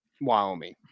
Wyoming